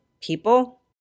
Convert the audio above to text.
people